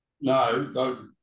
No